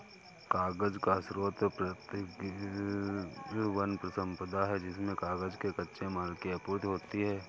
कागज का स्रोत प्राकृतिक वन सम्पदा है जिससे कागज के कच्चे माल की आपूर्ति होती है